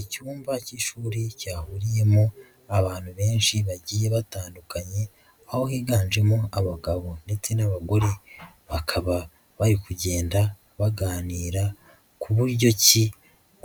Icyumba cy'ishuri cyahuriyemo abantu benshi bagiye batandukanye, aho higanjemo abagabo ndetse n'abagore, bakaba bari kugenda baganira ku buryo ki